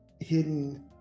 hidden